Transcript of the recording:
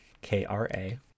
K-R-A